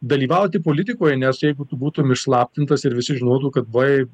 dalyvauti politikoje nes jeigu tu būtum išslaptintas ir visi žinotų kad buvai